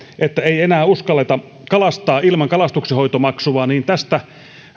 että ei enää uskalleta kalastaa ilman kalastonhoitomaksua niin tästä